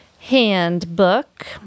handbook